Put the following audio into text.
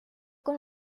con